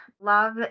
love